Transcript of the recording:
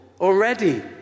already